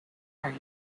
are